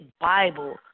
Bible